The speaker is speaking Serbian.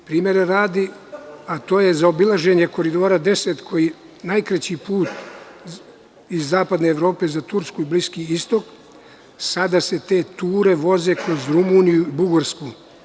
Primera radi, a to je zaobilaženje Koridora 10, koji je najkraći put iz zapadne Evrope za Tursku i Bliski Istok, sada se te ture voze kroz Rumuniju i Bugarsku.